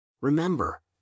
Remember